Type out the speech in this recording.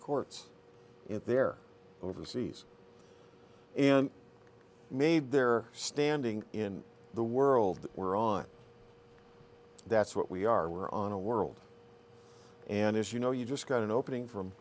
courts in their overseas and made their standing in the world were on that's what we are we're on a world and as you know you just got an opening from